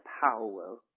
power